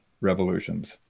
Revolutions